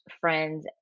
friends